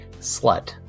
slut